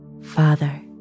Father